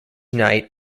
knight